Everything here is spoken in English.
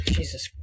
Jesus